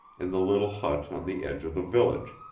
in the little hut on the edge of the village,